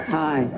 hi